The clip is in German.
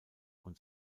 und